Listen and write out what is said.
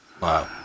Wow